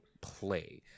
play